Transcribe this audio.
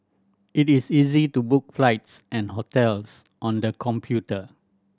it is easy to book flights and hotels on the computer